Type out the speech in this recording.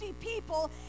people